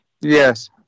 Yes